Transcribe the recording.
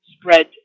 spread